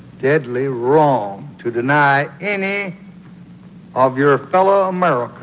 deadly wrong to deny any of your fellow americans